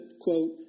quote